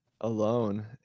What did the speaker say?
alone